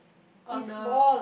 on the